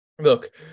look